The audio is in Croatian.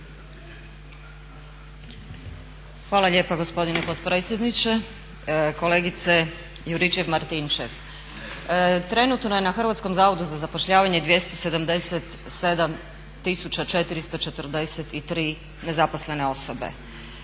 Hvala lijepa gospodine potpredsjedniče. Kolegice Juričev-Martinčev, trenutno je na Hrvatskom zavodu za zapošljavanje 277 443 nezaposlene osobe,